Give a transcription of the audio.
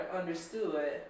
understood